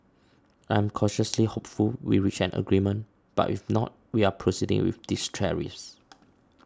I'm cautiously hopeful we reach an agreement but if not we are proceeding with these tariffs